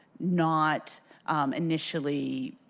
not initially,